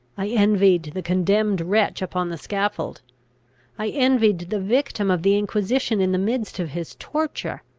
i envied the condemned wretch upon the scaffold i envied the victim of the inquisition in the midst of his torture.